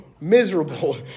miserable